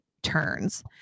turns